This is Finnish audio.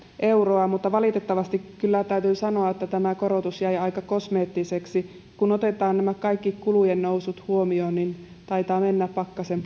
euroa mutta valitettavasti kyllä täytyy sanoa että tämä korotus jäi aika kosmeettiseksi kun otetaan kaikki kulujen nousut huomioon niin taitaa mennä pakkasen